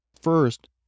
First